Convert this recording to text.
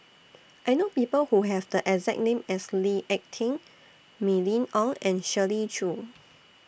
I know People Who Have The exact name as Lee Ek Tieng Mylene Ong and Shirley Chew